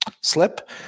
slip